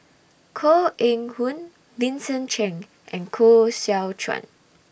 Koh Eng Hoon Vincent Cheng and Koh Seow Chuan